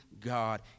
God